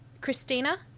Christina